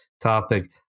topic